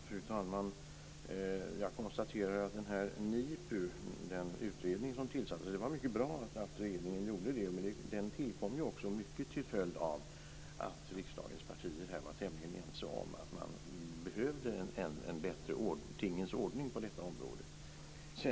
Fru talman! Jag konstaterar att det var mycket bra att regeringen tillsatte utredningen NIPU. Den tillkom också mycket till följd av att riksdagens partier var tämligen ense om att man behövde en bättre tingens ordning på detta område.